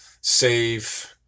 save